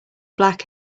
black